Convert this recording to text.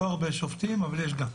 לא הרבה שופטים אבל יש גם.